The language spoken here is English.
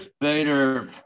Bader